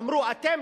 אמרו: אתם,